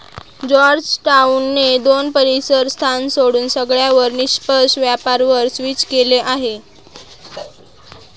Georgetown ने दोन परीसर स्थान सोडून सगळ्यांवर निष्पक्ष व्यापार वर स्विच केलं आहे